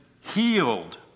healed